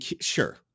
Sure